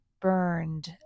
burned